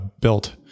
built